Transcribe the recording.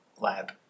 lab